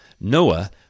Noah